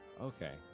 Okay